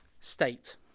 state